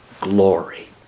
glory